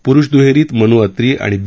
पुरूष दुहेरीत मनु अत्री आणि बी